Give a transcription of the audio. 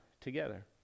together